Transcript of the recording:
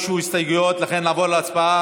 חמד עמאר ואלכס קושניר.